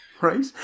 right